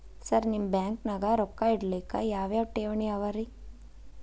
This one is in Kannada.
ಸರ್ ನಿಮ್ಮ ಬ್ಯಾಂಕನಾಗ ರೊಕ್ಕ ಇಡಲಿಕ್ಕೆ ಯಾವ್ ಯಾವ್ ಠೇವಣಿ ಅವ ರಿ?